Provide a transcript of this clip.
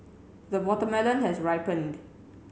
the watermelon has ripened